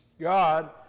God